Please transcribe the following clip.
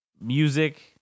music